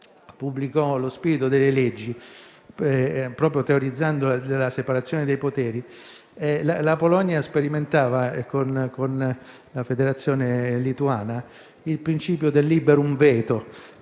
pubblicò "Lo spirito delle leggi", proprio teorizzando la separazione dei poteri, la Polonia sperimentava, con la Confederazione polacco-lituana, il principio del *liberum veto*,